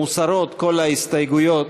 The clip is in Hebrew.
מוסרות כל ההסתייגויות.